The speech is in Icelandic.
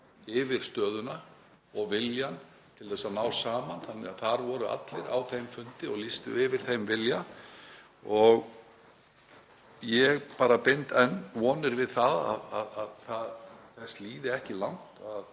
yfir stöðuna og viljann til að ná saman þannig að þar voru allir á þeim fundi og lýstu yfir þeim vilja. Ég bind enn vonir við að þess sé ekki langt